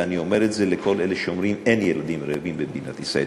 ואני אומר את זה לכל אלה שאומרים שאין ילדים רעבים במדינת ישראל.